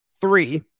three